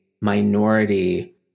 minority